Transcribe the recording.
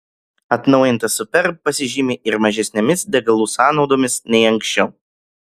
atnaujintas superb pasižymi ir mažesnėmis degalų sąnaudomis nei anksčiau